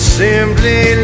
simply